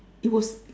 it was